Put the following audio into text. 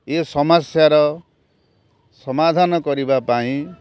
ଏ ସମାସ୍ୟାର ସମାଧାନ କରିବା ପାଇଁ